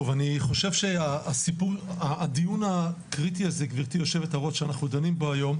אין בכלל מיפוי מה מערכת החינוך